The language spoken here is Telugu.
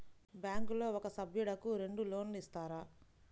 బ్యాంకులో ఒక సభ్యుడకు రెండు లోన్లు ఇస్తారా?